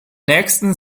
nächsten